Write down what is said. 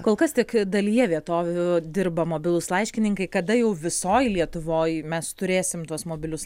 kol kas tik dalyje vietovių dirba mobilūs laiškininkai kada jau visoj lietuvoj mes turėsim tuos mobilius